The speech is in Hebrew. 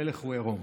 המלך הוא עירום,